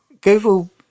Google